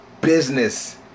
business